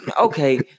Okay